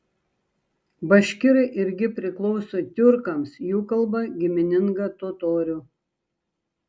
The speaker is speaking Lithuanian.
baškirai irgi priklauso tiurkams jų kalba gimininga totorių